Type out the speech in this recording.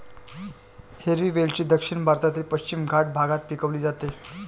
हिरवी वेलची दक्षिण भारतातील पश्चिम घाट भागात पिकवली जाते